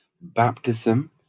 baptism